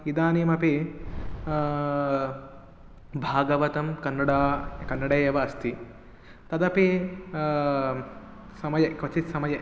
इदानीमपि भागवतं कन्नड कन्नडे एव अस्ति तदपि समये क्वचित् समये